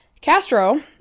Castro